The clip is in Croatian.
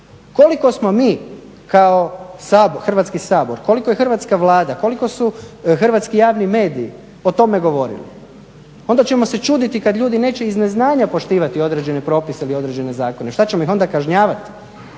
Koliko smo mi kao Hrvatski sabor, koliko je Hrvatska vlada, koliko su hrvatski javni mediji o tome govorili, onda ćemo se čuditi kad ljudi neće iz neznanja poštivati određene propise ili određene zakone, šta ćemo ih onda kažnjavati.